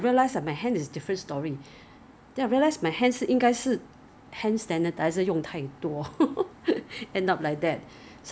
then 我觉得 like like 我觉得 like what you say lah too much alcohol it like sometimes stings 我的我的 skin leh and it dries leh